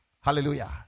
hallelujah